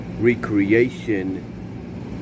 recreation